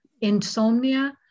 insomnia